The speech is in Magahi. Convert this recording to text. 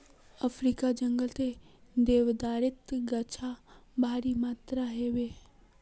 अफ्रीकार जंगलत देवदारेर गाछ भारी मात्रात ह बे